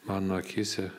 mano akyse